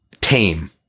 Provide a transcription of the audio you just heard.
tame